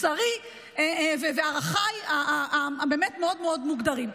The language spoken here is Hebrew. בשרי וערכיי הבאמת-מאוד מאוד מוגדרים.